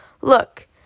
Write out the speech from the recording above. Look